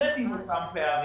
שתתמודד עם מצב פערים,